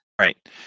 Right